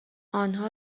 آنها